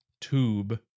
tube